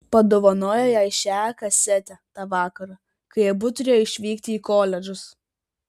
padovanojo jai šią kasetę tą vakarą kai abu turėjo išvykti į koledžus